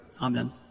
Amen